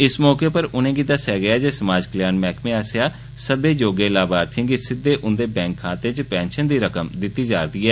इस मौके उप्पर उनेंगी दस्सेआ गेआ जे समाज कल्याण मैहकमें आस्सेआ सब्मै योग्य लामार्थियें गी सिद्घे उन्दे बैंक खातें च पैंशन दी रकम दित्ती जा'रदी ऐ